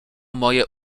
moje